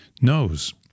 knows